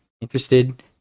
interested